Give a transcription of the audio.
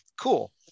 Cool